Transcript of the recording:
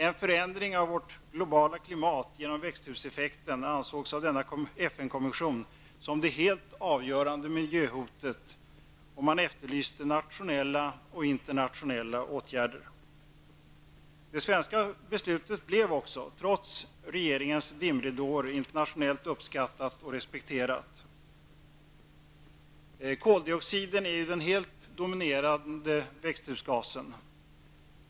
En förändring av vårt globala klimat genom växthuseffekten ansågs av denna FN-kommission som det helt avgörande miljöhotet, och man efterlyste nationella och internationella åtgärder. Det svenska beslutet blev också, trots regeringens dimridåer, internationellt uppskattat och respekterat. Koldioxiden är den helt dominerande växthusgasen.